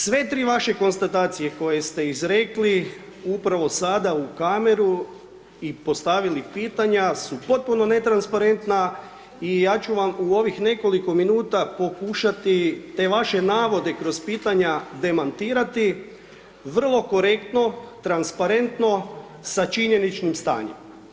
Sve tri vaše konstatacije koje ste izrekli upravo sada u kameru i postavili pitanja, su potpuno netransparentna i ja ću vam u ovih nekoliko minuta pokušati te vaše navode kroz pitanja demantirati vrlo korektno, transparentno, sa činjeničnim stanjem.